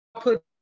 put